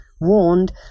warned